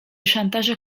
szantaże